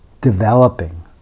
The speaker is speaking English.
Developing